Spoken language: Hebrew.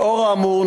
לאור האמור,